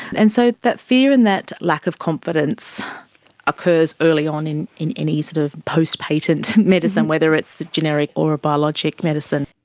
and so that fear and that lack of confidence occurs early on in in any sort of post-patent medicine, whether it's the generic or a biologic medicine.